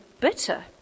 bitter